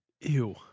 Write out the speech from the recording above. Ew